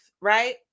right